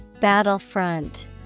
battlefront